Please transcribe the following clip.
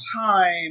time